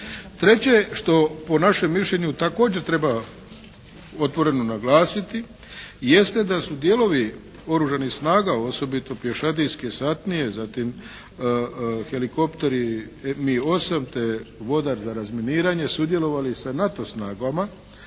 Treće što po našem mišljenju također treba otvoreno naglasiti jeste da su dijelovi oružanih snaga osobito pješadijske satnije zatim helikopteri «MI-8» te … /Govornik se ne razumije./ … razminiranje sudjelovali sa NATO snagama